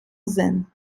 zen